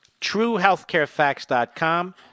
truehealthcarefacts.com